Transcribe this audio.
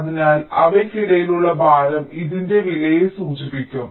അതിനാൽ അവയ്ക്കിടയിലുള്ള ഭാരം ഇതിന്റെ വിലയെ സൂചിപ്പിക്കും